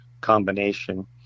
combination